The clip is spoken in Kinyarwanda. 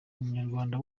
umunyarwanda